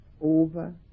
over